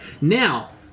Now